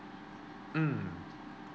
mm